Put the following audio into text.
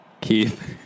Keith